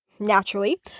Naturally